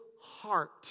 heart